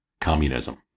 communism